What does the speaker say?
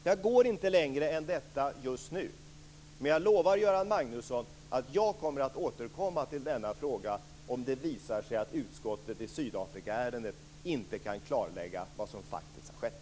Jag går inte längre än detta just nu. Men jag lovar, Göran Magnusson, att jag kommer att återkomma till denna fråga om det visar sig i att utskottet i Sydafrikaärendet inte kan klarlägga vad som faktiskt har skett.